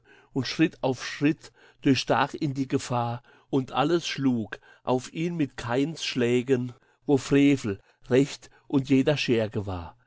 und schritt auf schritt durchstach ihn die gefahr und alles schlug auf ihn mit caius schlägen wo frevel recht und jeder scherge war